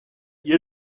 ihr